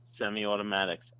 semi-automatics